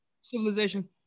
civilization